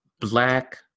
Black